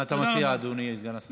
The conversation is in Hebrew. מה אתה מציע, אדוני סגן השר?